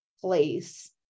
place